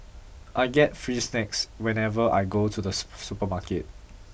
I get free snacks whenever I go to the supermarket